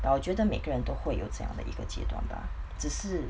but 我觉得每个人都会有怎样的一个阶段 lah 只是